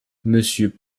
monsieur